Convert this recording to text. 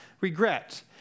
regret